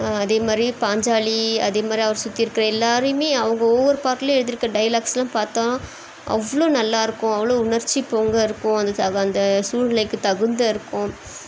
அதேமாதிரி பாஞ்சாலி அதேமாதிரி அவரை சுற்றி இருக்கிற எல்லோரையுமே அவங்க ஒவ்வொரு பாட்டுலையும் எழுதியிருக்க டைலாக்ஸெலாம் பார்த்தோன்னா அவ்வளோ நல்லா இருக்கும் அவ்வளோ உணர்ச்சி பொங்க இருக்கும் அந்த அந்த சூழ்நிலைக்கு தகுந்த இருக்கும்